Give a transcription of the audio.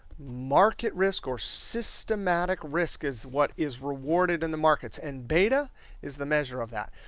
market risk or systematic risk is what is rewarded in the markets. and beta is the measure of that.